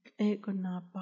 Egonapa